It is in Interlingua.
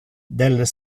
del